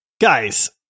Guys